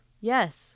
Yes